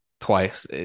twice